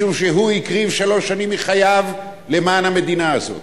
משום שהוא הקריב שלוש שנים מחייו למען המדינה הזאת.